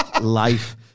life